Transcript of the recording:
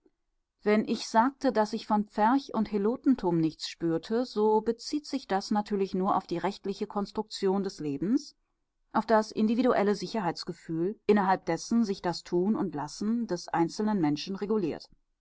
wenn ich sagte daß ich von pferch und helotentum nichts spürte so bezieht sich das natürlich nur auf die rechtliche konstruktion des lebens auf das individuelle sicherheitsgefühl innerhalb dessen sich das tun und lassen des einzelnen menschen reguliert